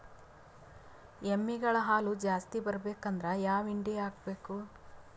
ಎಮ್ಮಿ ಗಳ ಹಾಲು ಜಾಸ್ತಿ ಬರಬೇಕಂದ್ರ ಯಾವ ಹಿಂಡಿ ಹಾಕಬೇಕು?